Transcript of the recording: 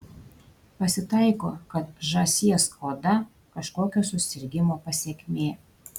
pasitaiko kad žąsies oda kažkokio susirgimo pasekmė